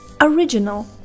original